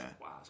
Wow